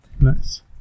Nice